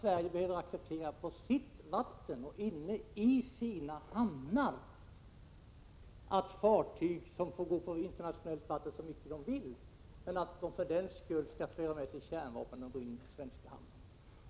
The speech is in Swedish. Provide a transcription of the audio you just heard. Men det betyder inte att Sverige på sitt vatten och inne i sina hamnar för den skull behöver acceptera att fartyg som får gå på internationellt vatten så mycket de vill för med sig kärnvapen när de går in till svenska hamnar.